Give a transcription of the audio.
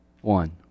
one